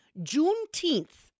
Juneteenth